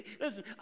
Listen